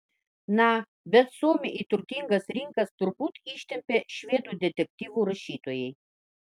na bet suomį į turtingas rinkas turbūt ištempė švedų detektyvų rašytojai